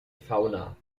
fauna